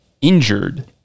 injured